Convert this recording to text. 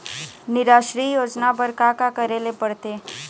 निराश्री योजना बर का का करे ले पड़ते?